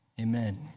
Amen